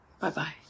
Bye-bye